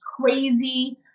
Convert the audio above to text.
crazy